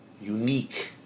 unique